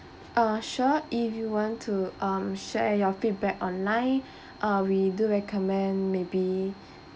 uh sure if you want to um share your feedback online uh we do recommend maybe